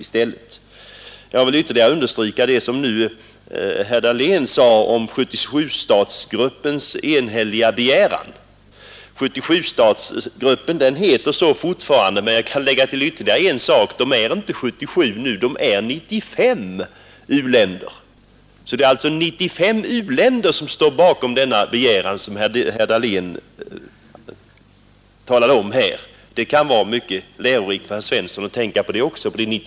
Vidare vill jag ytterligare understryka vad herr Dahlén sade om 77-statsgruppens enhälliga begäran. Gruppen heter så fortfarande, men antalet stater är nu inte längre 77, utan gruppen består av 95 u-länder. Det är alltså 95 u-länder som står bakom den begäran som herr Dahlén talade om. Det kan vara mycket lärorikt att tänka på det också.